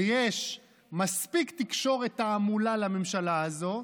ויש מספיק תקשורת תעמולה לממשלה הזו,